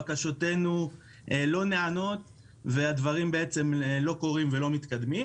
בקשותינו לא נענות והדברים לא קורים ולא מתקדמים.